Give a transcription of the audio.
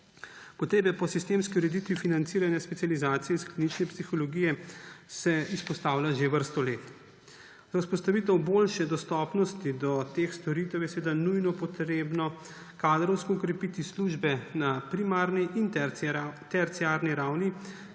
Potrebe po sistemski ureditvi financiranja specializacij iz klinične psihologije se izpostavljajo že vrsto let. Za vzpostavitev boljše dostopnosti do teh storitev je nujno treba kadrovsko okrepiti službe na primarni in terciarni ravni,